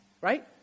right